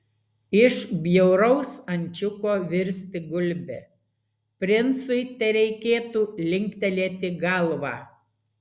iš bjauraus ančiuko virsti gulbe princui tereikėtų linktelėti galvą